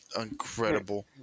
Incredible